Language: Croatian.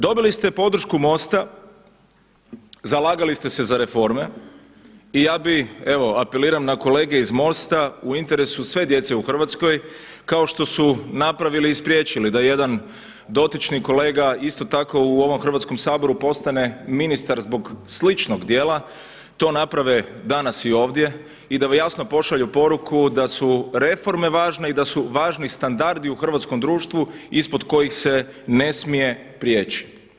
Dobili ste podršku mosta, zalagali ste se za reforme i ja bi evo apeliram na kolege iz Mosta u interesu sve djece u Hrvatskoj kao što su napravili i spriječili da jedan dotični kolega isto tako u ovom Hrvatskom saboru postane ministar zbog sličnog djela to naprave danas i ovdje i da jasno pošalju poruku da su reforme važne i da su važni standardi u hrvatskom društvu ispod kojih se ne smije prijeći.